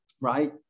right